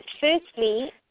firstly